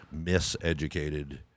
miseducated